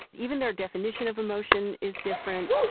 even their definition of emotion is different.